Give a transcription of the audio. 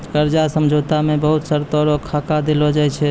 कर्जा समझौता मे बहुत शर्तो रो खाका देलो जाय छै